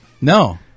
No